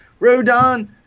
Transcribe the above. Rodon